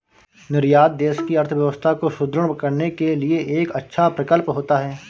निर्यात देश की अर्थव्यवस्था को सुदृढ़ करने के लिए एक अच्छा प्रकल्प होता है